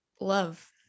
love